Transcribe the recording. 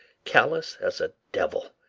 callous as a devil,